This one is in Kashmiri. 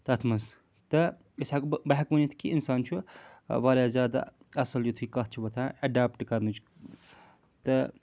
تَتھ منٛز تہٕ أسۍ ہٮ۪کہٕ بہٕ بہٕ ہٮ۪کہٕ ؤنِتھ کہِ اِنسان چھُ واریاہ زیادٕ اَصٕل یُتھُے کَتھ چھِ وۄتھان اٮ۪ڈاپٹ کرنٕچ تہٕ